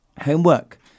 Homework